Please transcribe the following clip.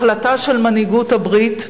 החלטה של מנהיגות הברית,